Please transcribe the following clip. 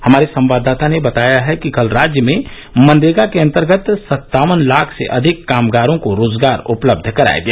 हमारे संवाददाता ने बताया है कि कल राज्य में मनरेगा के अंतर्गत सत्तावन लाख से अधिक कामगारों को रोजगार उपलब्ध कराया गया